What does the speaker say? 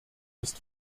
ist